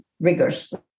rigorously